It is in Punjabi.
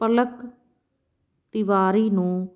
ਪਲਕ ਤਿਵਾਰੀ ਨੂੰ